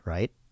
Right